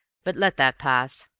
but let that pass.